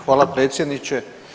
Hvala predsjedniče.